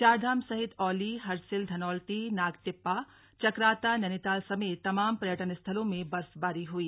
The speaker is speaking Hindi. चारधाम सहित औली हर्षिल धनौल्टी नागटिब्बा चकराता नैनीताल समेत तमाम पर्यटन स्थलों में बर्फबारी हई